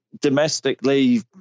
Domestically